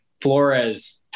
Flores